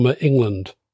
England